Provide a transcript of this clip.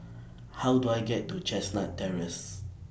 How Do I get to Chestnut Terrace